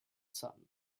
sun